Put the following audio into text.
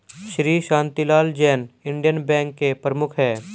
Shri Shantilal Jain Indian Bank के प्रमुख है